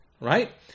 Right